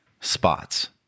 spots